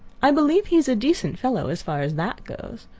i believe he is a decent fellow as far as that goes.